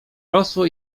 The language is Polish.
rosło